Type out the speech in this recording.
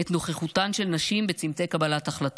את נוכחותן של נשים בצומתי קבלת החלטות.